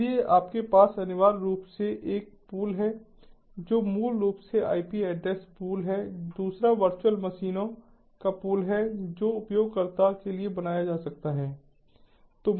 इसलिए आपके पास अनिवार्य रूप से एक पूल है जो मूल रूप से आईपी एड्रेस पूल है दूसरा वर्चुअल मशीनों का पूल है जो उपयोगकर्ता के लिए बनाया जा सकता है